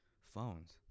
phones